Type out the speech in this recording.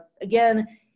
Again